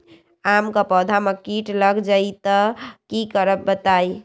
आम क पौधा म कीट लग जई त की करब बताई?